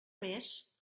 més